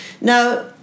Now